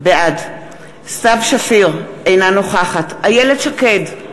בעד סתיו שפיר, אינה נוכחת איילת שקד,